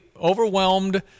overwhelmed